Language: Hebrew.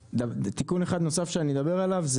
תיקון אחד נוסף שאני אדבר עליו,